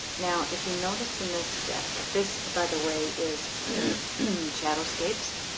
now if you notice in this deck this by the way is shadow escapes